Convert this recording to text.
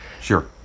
Sure